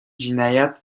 җинаять